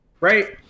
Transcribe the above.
right